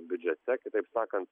biudžete kitaip sakant